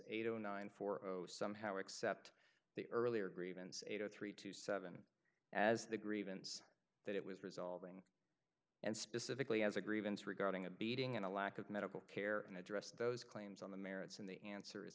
eight o nine for somehow accept the earlier grievance eight zero three two seven as the grievance that it was resolving and specifically as a grievance regarding a beating and a lack of medical care and addressed those claims on the merits and the answer is